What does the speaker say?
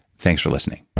thanks for listening